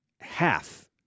half